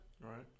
right